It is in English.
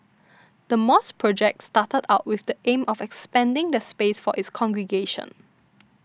the mosque project started out with the aim of expanding the space for its congregation